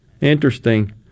Interesting